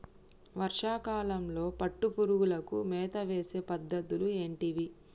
వర్షా కాలంలో పట్టు పురుగులకు మేత వేసే పద్ధతులు ఏంటివి?